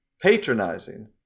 patronizing